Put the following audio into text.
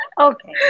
Okay